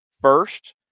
First